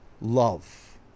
Love